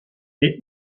est